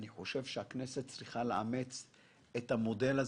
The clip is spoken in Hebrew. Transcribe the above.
אני חושב שהכנסת צריכה לאמץ את המודל הזה,